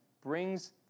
brings